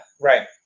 Right